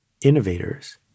innovators